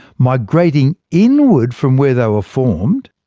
migrating inward from where they were formed,